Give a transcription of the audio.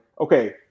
okay